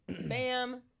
Bam